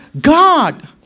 God